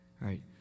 right